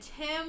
Tim